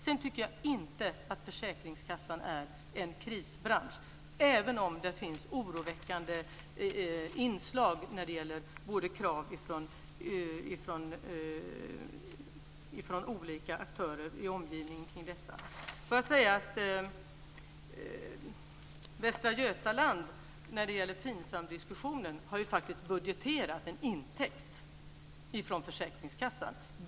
Jag tycker inte att försäkringskassan är en krisbransch, även om det finns oroväckande inslag när det gäller krav från olika aktörer i omgivningen kring dessa. Får jag när det gäller FINSAM-diskussionen säga att Västra Götaland faktiskt har budgeterat en intäkt från försäkringskassan.